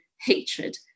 hatred